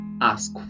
Ask